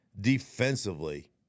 Defensively